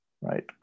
right